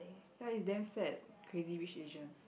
ya it's damn sad Crazy-Rich-Asians